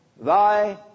Thy